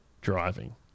driving